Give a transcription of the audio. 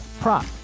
prop